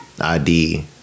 ID